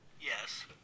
Yes